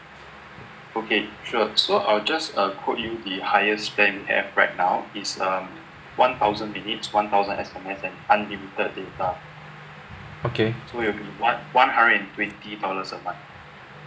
okay